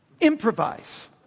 Improvise